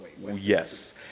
Yes